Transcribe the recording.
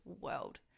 world